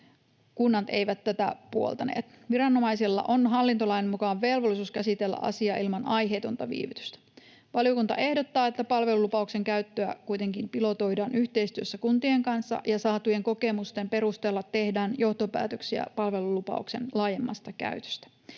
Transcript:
Kunnat eivät tätä puoltaneet. Viranomaisella on hallintolain mukaan velvollisuus käsitellä asia ilman aiheetonta viivytystä. Valiokunta ehdottaa, että palvelulupauksen käyttöä kuitenkin pilotoidaan yhteistyössä kuntien kanssa ja saatujen kokemusten perusteella tehdään johtopäätöksiä palvelulupauksen laajemmasta käytöstä.